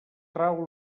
trau